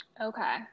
okay